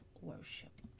worship